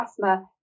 asthma